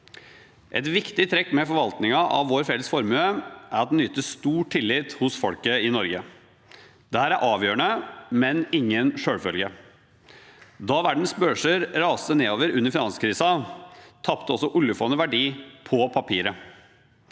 Et viktig trekk ved forvaltningen av vår felles formue er at den nyter stor tillit hos folket i Norge. Dette er avgjørende, men ingen selvfølge. Da verdens børser raste nedover under finanskrisen, tapte også oljefondet verdi på papiret.